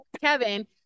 Kevin